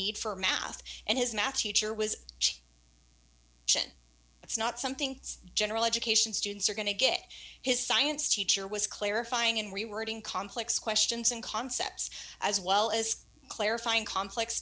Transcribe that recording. need for math and his math teacher was it's not something general education students are going to get his science teacher was clarifying and rewording complex questions and concepts as well as clarifying co